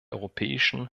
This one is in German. europäischen